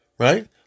Right